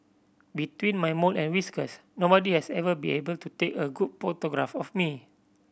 between my mole and whiskers nobody has ever be able to take a good photograph of me